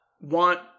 want